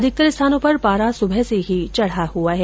अधिकतर स्थानों पर पारा सुबह से ही चढा हुआ है